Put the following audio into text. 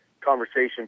conversation